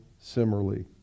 similarly